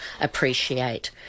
appreciate